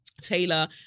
Taylor